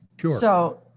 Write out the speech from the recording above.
Sure